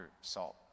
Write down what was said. salt